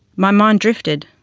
my mind drifted.